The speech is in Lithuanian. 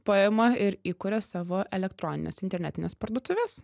paima ir įkuria savo elektronines internetines parduotuves